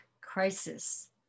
crisis